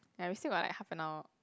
ya we still got like half an hour